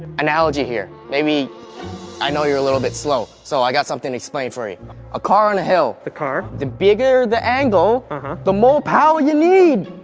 analogy here maybe i know you're a little bit slow so i got something to explain for you a car on a hill the car the bigger the angle the more power you need!